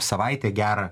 savaitę gerą